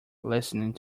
listening